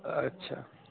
अच्छा